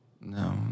No